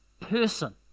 person